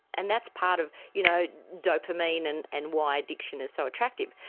and that's part of, you know, dopamine and and why addiction is so attractive.